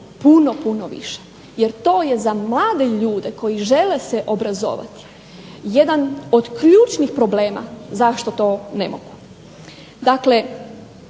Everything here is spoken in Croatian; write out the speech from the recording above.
puno, puno više. Jer to je za mlade ljude koji žele se obrazovati jedan od ključnih problema zašto to ne mogu.